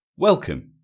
Welcome